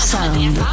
Sound